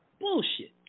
Bullshit